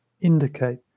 indicate